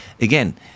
again